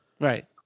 Right